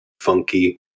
funky